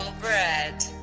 bread